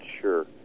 Sure